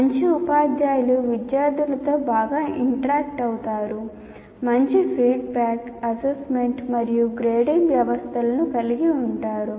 మంచి ఉపాధ్యాయులు విద్యార్థులతో బాగా ఇంటరాక్ట్ అవుతారు మంచి ఫీడ్బ్యాక్ అసెస్మెంట్ మరియు గ్రేడింగ్ వ్యవస్థలను కలిగి ఉంటారు